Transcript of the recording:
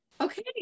Okay